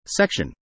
Section